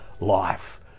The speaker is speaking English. life